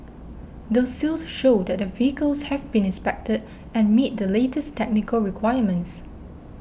the seals show that the vehicles have been inspected and meet the latest technical requirements